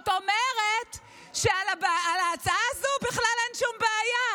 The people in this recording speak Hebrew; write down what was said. העמדה לדין בישראל,